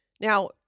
Now